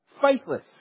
faithless